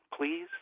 please